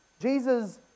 Jesus